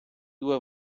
due